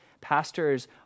Pastors